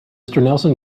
nelson